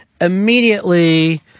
immediately